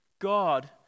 God